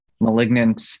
malignant